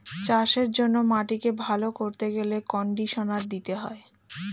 চাষের জন্য মাটিকে ভালো করতে গেলে কন্ডিশনার দিতে হয়